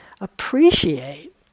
appreciate